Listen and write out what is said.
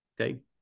Okay